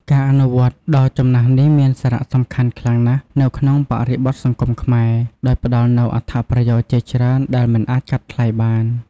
ការអនុវត្តន៍ដ៏ចំណាស់នេះមានសារៈសំខាន់ខ្លាំងណាស់នៅក្នុងបរិបទសង្គមខ្មែរ ដោយផ្ដល់នូវអត្ថប្រយោជន៍ជាច្រើនដែលមិនអាចកាត់ថ្លៃបាន។